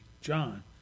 John